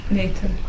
later